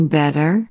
better